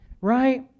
right